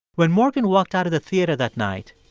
when morgan walked out of the theater that night,